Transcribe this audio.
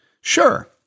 Sure